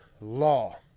Law